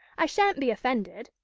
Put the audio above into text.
i shan't be offended.